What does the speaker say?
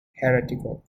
heretical